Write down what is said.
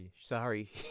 Sorry